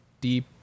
deep